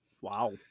Wow